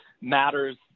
matters